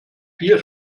vier